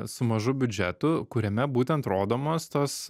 su mažu biudžetu kuriame būtent rodomos tos